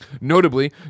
Notably